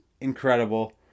incredible